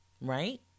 right